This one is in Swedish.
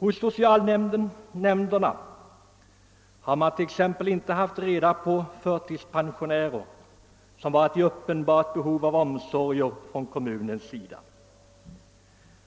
Hos socialnämnderna har man t.ex. inte haft reda på förtidspensionärer som varit i uppenbart behov av omsorger från kommunens sida.